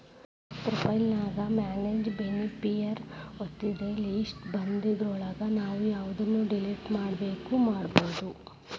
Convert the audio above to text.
profile ನ್ಯಾಗ manage beneficiary ಒತ್ತಿದ್ರ list ಬನ್ದಿದ್ರೊಳಗ ನಾವು ಯವ್ದನ್ನ ಡಿಲಿಟ್ ಮಾಡ್ಬೆಕೋ ಮಾಡ್ಬೊದು